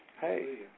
Hey